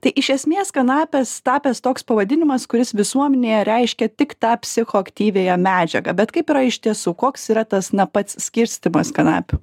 tai iš esmės kanapės tapęs toks pavadinimas kuris visuomenėje reiškia tik tą psichoaktyviąją medžiagą bet kaip yra iš tiesų koks yra tas na pats skirstymas kanapių